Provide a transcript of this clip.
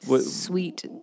Sweet